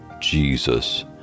Jesus